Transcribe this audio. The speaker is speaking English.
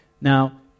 Now